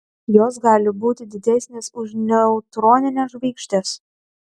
jos gali būti didesnės už neutronines žvaigždes